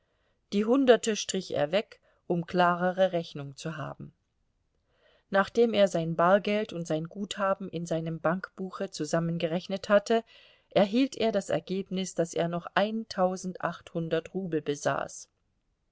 die hunderte strich er weg um klarere rechnung zu haben nachdem er sein bargeld und sein guthaben in seinem bankbuche zusammengerechnet hatte erhielt er das ergebnis daß er noch eintausendachthundert rubel besaß